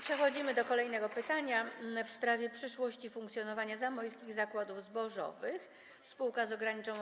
Przechodzimy do kolejnego pytania, w sprawie przyszłości funkcjonowania Zamojskich Zakładów Zbożowych, sp. z o.o.